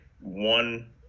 one